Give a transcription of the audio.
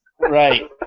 Right